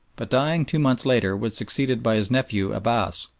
but dying two months later was succeeded by his nephew abbass.